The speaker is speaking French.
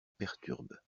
perturbe